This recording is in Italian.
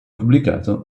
pubblicato